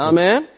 Amen